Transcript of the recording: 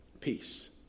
peace